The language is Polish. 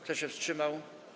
Kto się wstrzymał?